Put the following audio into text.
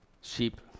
sheep